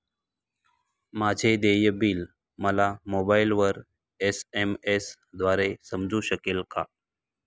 माझे देय बिल मला मोबाइलवर एस.एम.एस द्वारे समजू शकेल का?